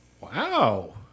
Wow